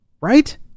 right